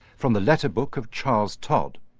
from the letterbook of charles todd.